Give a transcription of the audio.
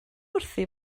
wrthi